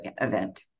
event